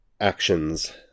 actions